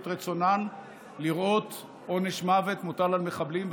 את רצונן לראות עונש מוות מוטל על מחבלים,